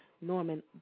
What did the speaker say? Norman